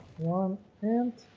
one and